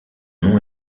nom